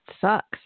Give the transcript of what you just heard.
sucks